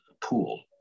pool